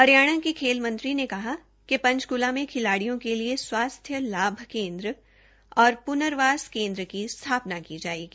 हरियाणा के खेल मंत्री ने कहा कि पंचक्ला में खिलाडियों के लिए स्वास्थ्य लाभ केन्द्र और प्नर्वास केन्द्र की स्थापना की जायेगी